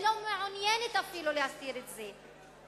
ואפילו לא מעוניינת להסתיר את זה.